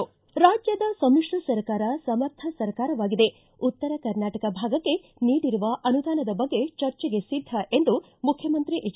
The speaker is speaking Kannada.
ರಾಜ್ಯದ ಸಮಿತ್ರ ಸರ್ಕಾರ ಸಮರ್ಥ ಸರ್ಕಾರವಾಗಿದೆ ಉತ್ತರ ಕರ್ನಾಟಕ ಭಾಗಕ್ಕೆ ನೀಡಿರುವ ಅನುದಾನದ ಬಗ್ಗೆ ಚರ್ಚೆಗೆ ಿದ್ಧ ಎಂದು ಮುಖ್ಯಮಂತ್ರಿ ಎಚ್